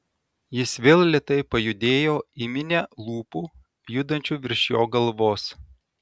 jis vėl lėtai pajudėjo į minią lūpų judančių virš jo galvos